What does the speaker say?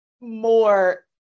more